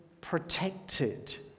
protected